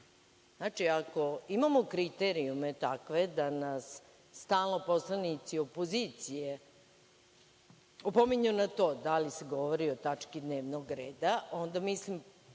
Znači, ako imamo kriterijume takve da nas stalno poslanici opozicije opominju na to da li se govori o tački dnevnog reda, onda mislim,